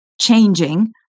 changing